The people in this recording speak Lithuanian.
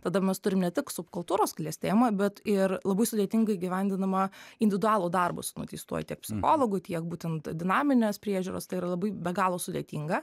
tada mes turim ne tik subkultūros klestėjimą bet ir labai sudėtingai įgyvendinamą individualų darbą su nuteistuoju tiek psichologų tiek būtent dinaminės priežiūros tai yra labai be galo sudėtinga